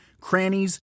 crannies